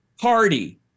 party